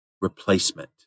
replacement